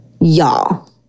Y'all